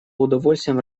удовольствием